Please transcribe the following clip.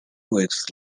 weeks